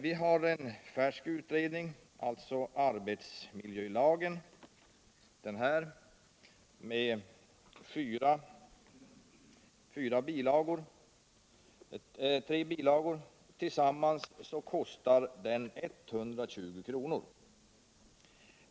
Vi har en färsk utredning om arbetsmiljölagen med tre bilagor. Tillsammans kostar de 120 kr.